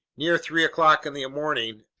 near three o'clock in the morning,